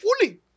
fooling